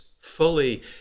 fully